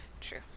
True